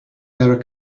there